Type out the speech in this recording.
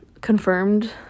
confirmed